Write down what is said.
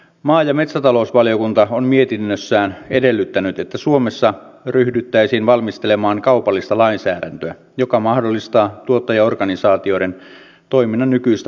maa ja metsätalousvaliokunta on mietinnössään edellyttänyt että suomessa ryhdyttäisiin valmistelemaan kaupallista lainsäädäntöä joka mahdollistaa tuottajaorganisaatioiden toiminnan nykyistä laajemmin